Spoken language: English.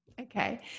Okay